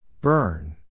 Burn